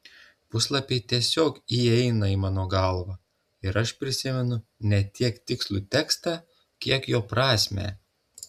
puslapiai tiesiog įeina į mano galvą ir aš prisimenu ne tiek tikslų tekstą kiek jo prasmę